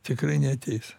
tikrai neateis